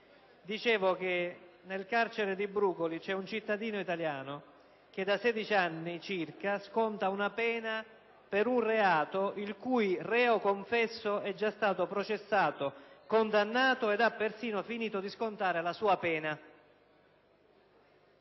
dicevo, nel carcere di Brucoli vi è un cittadino italiano che da circa 16 anni sconta una pena per un reato il cui reo confesso è stato già processato, condannato ed ha persino finito di scontare la sua pena.